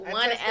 one